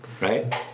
Right